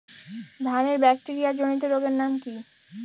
ধানের ব্যাকটেরিয়া জনিত রোগের নাম কি?